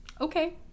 okay